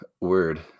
word